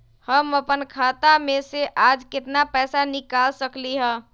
हम अपन खाता में से आज केतना पैसा निकाल सकलि ह?